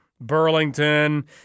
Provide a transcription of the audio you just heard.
burlington